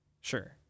Sure